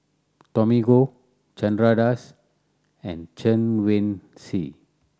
Tommy Koh Chandra Das and Chen Wen Hsi